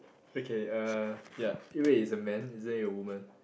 okay uh ya eh wait it's a man isn't it a woman